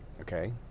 okay